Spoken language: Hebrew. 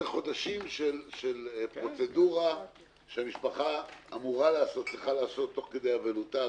זה חודשים של פרוצדורה שהמשפחה צריכה לעשות תוך כדי אבלותה,